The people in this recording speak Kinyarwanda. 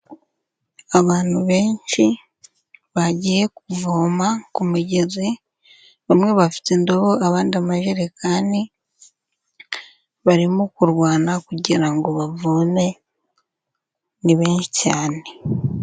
Abantu benshi bagiye kuvoma ku mugezi, bamwe bafite indobo, abandi amajerekani barimo kurwana kugira ngo bavome, ni benshi cyane.